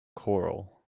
choral